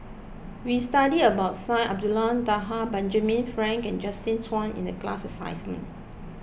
we studied about Syed Abdulrahman Taha Benjamin Frank and Justin Zhuang in the class assignment